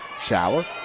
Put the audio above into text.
Shower